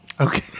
Okay